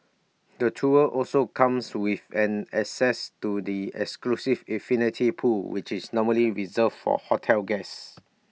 the tour also comes with an access to the exclusive infinity pool which is normally reserved for hotel guests